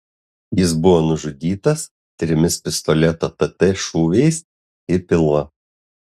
jis buvo nužudytas trimis pistoleto tt šūviais į pilvą